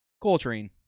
Coltrane